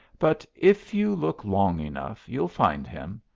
but if you look long enough you'll find him.